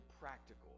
practical